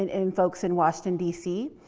in in folks in washington, d c.